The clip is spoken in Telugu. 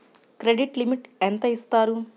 క్రెడిట్ లిమిట్ ఎంత ఇస్తారు?